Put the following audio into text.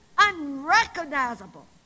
unrecognizable